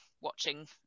watching